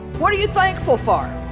what are you thankful for